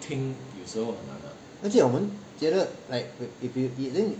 而且我们觉得 like if you didn't